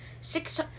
six